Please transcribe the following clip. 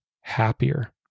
happier